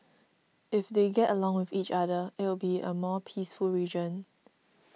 if they get along with each other it'll be a more peaceful region